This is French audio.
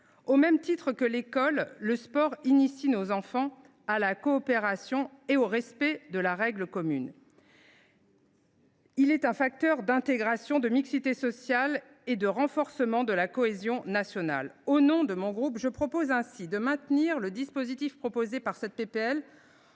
Au même titre que l’école, le sport initie en effet nos enfants à la coopération et au respect des règles communes. Il est un facteur d’intégration, de mixité sociale et de renforcement de la cohésion nationale. Au nom de mon groupe, je proposerai donc de circonscrire l’application du dispositif proposé par cette